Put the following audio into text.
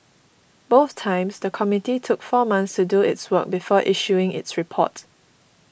both times the committee took four months to do its work before issuing its report